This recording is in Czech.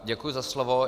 Děkuji za slovo.